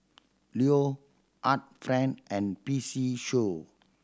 Leo Art Friend and P C Show